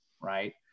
right